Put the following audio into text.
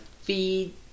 feed